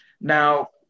Now